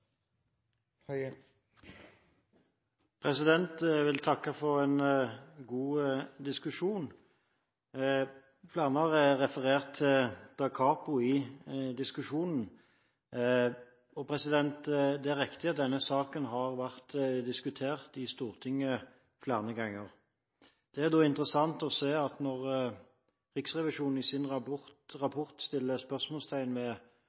Jeg vil takke for en god diskusjon. Flere har referert til dakapo i diskusjonen, og det er riktig at denne saken har vært diskutert i Stortinget flere ganger. Det er da interessant å se at når Riksrevisjonen i sin rapport setter spørsmålstegn